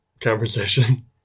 conversation